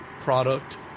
product